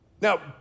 Now